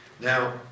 Now